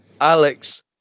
Alex